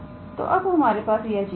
तो अब हमारे पास यह चीज होगी